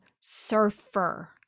surfer